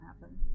happen